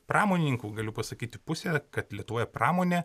pramonininkų galiu pasakyti pusė kad lietuvoje pramonė